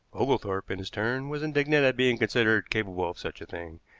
oglethorpe, in his turn, was indignant at being considered capable of such a thing,